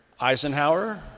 Eisenhower